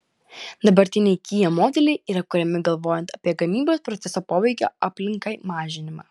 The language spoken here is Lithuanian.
dabartiniai kia modeliai yra kuriami galvojant apie gamybos proceso poveikio aplinkai mažinimą